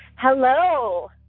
Hello